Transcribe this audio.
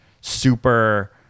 super